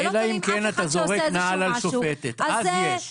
אלא אם כן אתה זורק נעל על שופטת, אז יש.